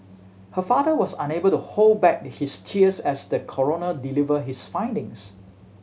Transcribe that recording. her father was unable to hold back his tears as the coroner deliver his findings